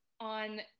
on